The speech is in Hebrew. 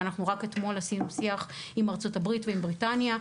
ואנחנו רק אתמול עשינו שיח עם ארצות הברית ועם בריטניה,